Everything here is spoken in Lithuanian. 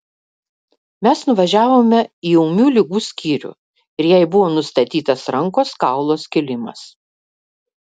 mes nuvažiavome į ūmių ligų skyrių ir jai buvo nustatytas rankos kaulo skilimas